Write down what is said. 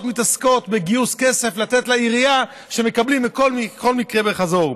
מתעסקות בגיוס כסף לתת לעירייה שמקבלים בכל מקרה בחזרה.